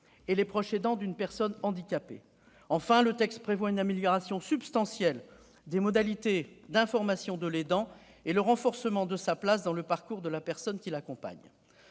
et proches aidants d'une personne handicapée. Enfin, il prévoit une amélioration substantielle des modalités d'information de l'aidant et le renforcement de sa place dans le parcours de la personne qu'il accompagne.